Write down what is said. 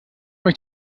euch